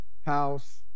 house